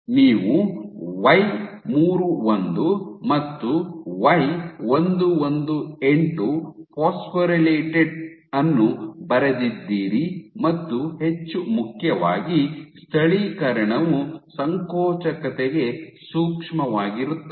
ನೀವು Y31 ಮತ್ತು Y118 phosphorylated ಅನ್ನು ಬರೆದಿದ್ದೀರಿ ಮತ್ತು ಹೆಚ್ಚು ಮುಖ್ಯವಾಗಿ ಸ್ಥಳೀಕರಣವು ಸಂಕೋಚಕತೆಗೆ ಸೂಕ್ಷ್ಮವಾಗಿರುತ್ತದೆ